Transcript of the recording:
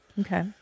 Okay